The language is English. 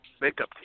makeup